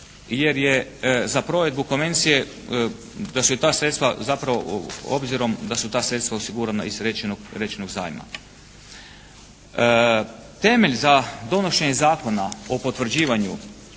jer je za provedbu konvencije obzirom da su ta sredstva osigurana iz rečenog zajma. Temelj za donošenje Zakona o potvrđivanju